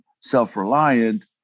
self-reliant